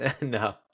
No